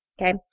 Okay